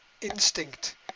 instinct